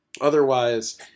Otherwise